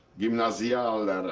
gymnasiallehrer,